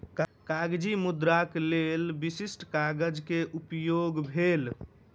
कागजी मुद्राक लेल विशिष्ठ कागज के उपयोग गेल